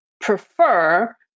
prefer